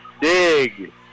Dig